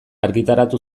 argitaratu